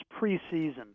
preseason